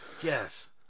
Yes